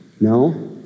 no